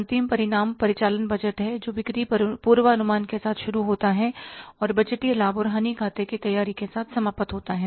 अंतिम परिणाम परिचालन बजट है जो बिक्री पूर्वानुमान के साथ शुरू होता है और बजटीय लाभ और हानि खाते की तैयारी के साथ समाप्त होता है